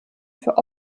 für